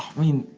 i mean,